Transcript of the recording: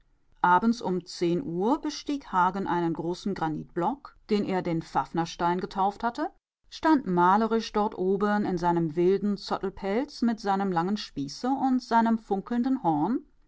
abends um zehn uhr bestieg hagen einen großen granitblock den er den fafnerstein getauft hatte stand malerisch dort oben in seinem wilden zottelpelz mit seinem langen spieße und seinem funkelnden horn